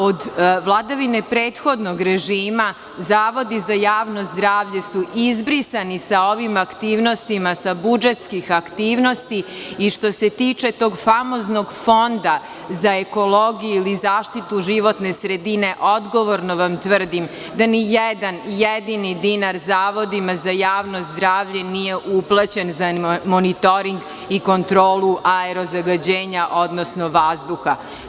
Od vladavine prethodnog režima, zavodi za javno zdravlje su izbrisani sa ovim aktivnostima sa budžetskih aktivnosti, i što se tiče tog famoznog Fonda za ekologiju ili zaštitu životne sredine, odgovorno vam tvrdim, da nijedan jedini dinar zavodima za javno zdravlje nije uplaćen za monitoring i kontrolu aerozagađenja, odnosno vazduha.